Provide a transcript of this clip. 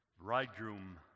bridegroom